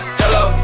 hello